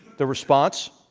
the response,